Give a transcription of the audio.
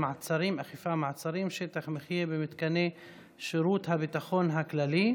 מעצרים) (שטח מחיה במתקני שירות הביטחון הכללי)